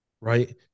right